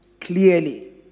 clearly